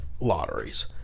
lotteries